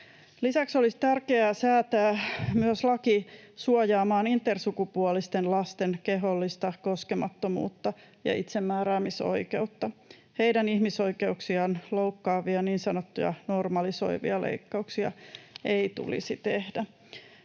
Lisäksi olisi tärkeää säätää laki suojaamaan intersukupuolisten lasten kehollista koskemattomuutta ja itsemääräämisoikeutta. Heidän ihmisoikeuksiaan loukkaavia niin sanottuja normalisoivia leikkauksia ei tulisi tehdä.